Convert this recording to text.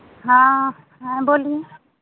हाँ हाँ बोलिये